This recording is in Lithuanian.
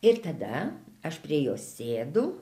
ir tada aš prie jos sėdu